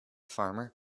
farmer